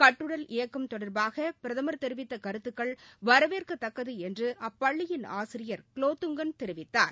கட்டுடல் இயக்கம் தொடர்பாக பிரதமர் தெரிவித்த கருத்துக்கள் வரவேற்கத்தக்கது என்று அப்பள்ளியின் ஆசிரியர் குலோத்துங்கன் தெரிவித்தார்